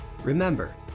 Remember